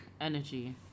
energy